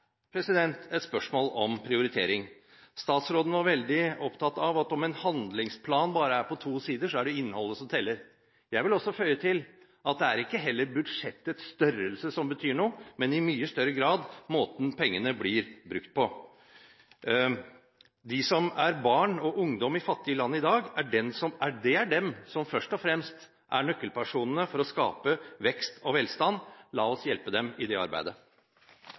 et spørsmål om prioritering. Statsråden var veldig opptatt av at om en handlingsplan bare er på to sider, så er det innholdet som teller. Jeg vil føye til at det heller ikke er budsjettets størrelse som betyr noe, men i mye større grad måten pengene blir brukt på. Det er de som er barn og ungdommer i fattige land i dag, som først og fremst er nøkkelpersonene for å skape vekst og velstand. La oss hjelpe dem i det arbeidet.